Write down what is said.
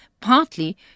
partly